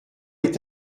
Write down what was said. est